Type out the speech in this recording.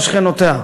שכנותיה,